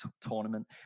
tournament